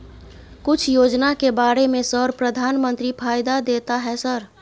कुछ योजना के बारे में सर प्रधानमंत्री फायदा देता है सर?